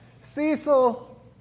Cecil